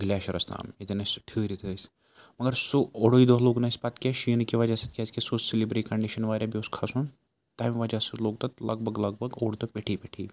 glaciers تام ییٚتٮ۪ن أسۍ سُہ ٹھہرِتھ ٲسۍ مگر سُہ اوٚڑُے دۄہ لوٚگ نہٕ اَسہِ پَتہٕ کینٛہہ شیٖنہٕ کہِ وجہ سۭتۍ کیٛازِکہِ سُہ اوس سِلِپری کَںڈِشَن واریاہ بیٚیہِ اوس کھَسُن تَمہِ وجہ سۭتۍ لوٚگ تَتھ لگ بگ لگ بگ اوٚڑ دۄہ پیٚٹھی پیٚٹھی